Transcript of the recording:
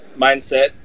mindset